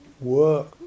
work